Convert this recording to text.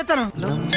i don't know